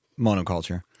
monoculture